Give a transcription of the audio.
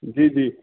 जी जी